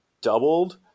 doubled